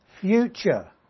future